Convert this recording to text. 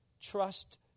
trust